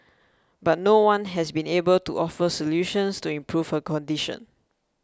but no one has been able to offer solutions to improve her condition